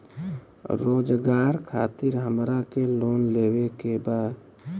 रोजगार खातीर हमरा के लोन लेवे के बा?